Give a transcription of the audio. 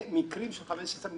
אירועים מן הסוג הזה לא התרחשו,